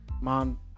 mom